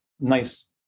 Nice